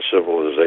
civilization